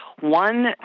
One